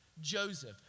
Joseph